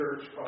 Church